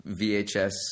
VHS